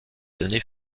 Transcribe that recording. données